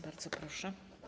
Bardzo proszę.